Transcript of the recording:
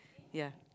ya